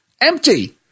empty